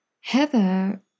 Heather